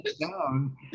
down